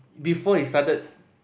before he started